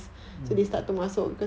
mm